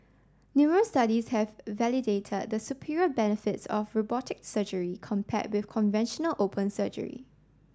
numerous studies have validated the superior benefits of robotic surgery compare with conventional open surgery